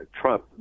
Trump